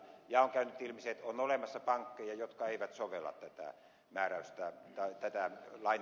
on käynyt ilmi se että on olemassa pankkeja jotka eivät sovella tätä lainaehtoa lainkaan